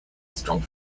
strong